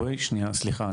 סליחה.